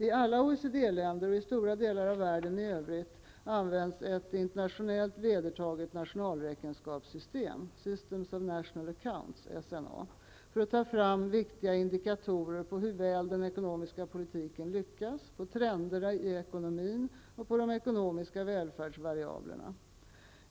I alla OECD-länder och i stora delar av världen i övrigt används ett internationellt vedertaget nationalräkenskapssystem för att ta fram viktiga indikatorer på hur väl den ekonomiska politiken lyckats, på trenderna i ekonomin och på de ekonomiska välfärdsvariablerna.